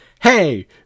hey